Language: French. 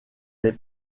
des